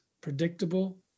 predictable